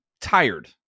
tired